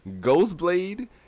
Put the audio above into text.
Ghostblade